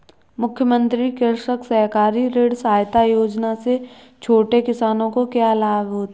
मुख्यमंत्री कृषक सहकारी ऋण सहायता योजना से छोटे किसानों को क्या लाभ होगा?